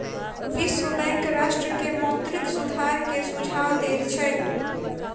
विश्व बैंक राष्ट्र के मौद्रिक सुधार के सुझाव दैत छै